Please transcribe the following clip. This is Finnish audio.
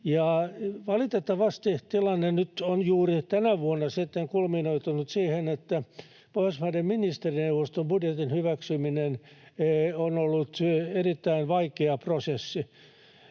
Valitettavasti tilanne on nyt juuri tänä vuonna sitten kulminoitunut siihen, että Pohjoismaiden ministerineuvoston budjetin hyväksyminen on ollut erittäin vaikea prosessi.